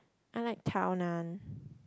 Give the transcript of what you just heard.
I like Tao Nan